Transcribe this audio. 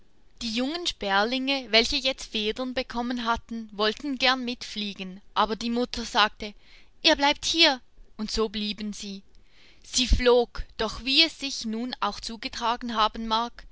die jungen sperlinge welche jetzt federn bekommen hatten wollten gern mitfliegen aber die mutter sagte ihr bleibt hier und so blieben sie sie flog doch wie es sich nun auch zugetragen haben mag